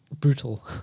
brutal